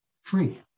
free